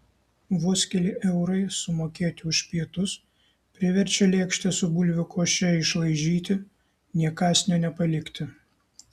vos keli eurai sumokėti už pietus priverčia lėkštę su bulvių koše išlaižyti nė kąsnio nepalikti